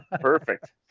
Perfect